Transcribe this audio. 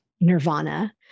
nirvana